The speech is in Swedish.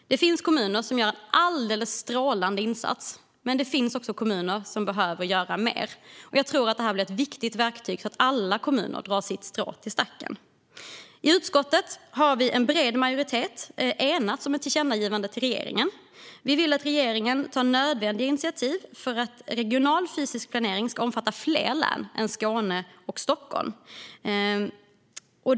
Det finns kommuner som gör en alldeles strålande insats, men det finns också kommuner som behöver göra mer. Jag tror att detta blir ett viktigt verktyg för att alla kommuner ska dra sitt strå till stacken. I utskottet har en bred majoritet enats om ett tillkännagivande till regeringen. Vi vill att regeringen tar nödvändiga initiativ för att regional fysisk planering ska omfatta fler län än Skåne och Stockholm.